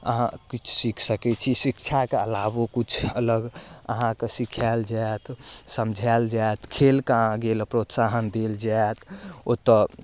अहाँ किछु सीख सकै छी शिक्षाके अलावो किछु अलग आहाँके सिखायल जायत समझायल जायत खेलके आगे लए प्रोत्साहन देल जाइत ओतऽ